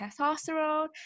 testosterone